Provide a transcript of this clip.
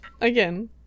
Again